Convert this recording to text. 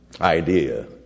idea